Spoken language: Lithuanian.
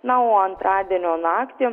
na o antradienio naktį